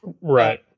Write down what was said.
Right